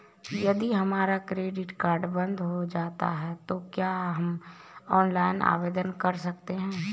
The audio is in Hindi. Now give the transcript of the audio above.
यदि हमारा क्रेडिट कार्ड बंद हो जाता है तो क्या हम ऑनलाइन आवेदन कर सकते हैं?